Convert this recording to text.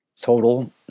total